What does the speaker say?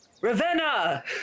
Ravenna